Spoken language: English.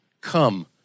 come